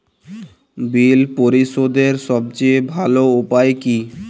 বিল পরিশোধের সবচেয়ে ভালো উপায় কী?